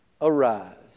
Arise